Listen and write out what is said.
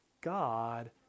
God